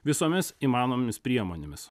visomis įmanomomis priemonėmis